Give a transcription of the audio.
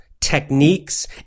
techniques